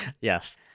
Yes